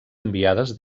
enviades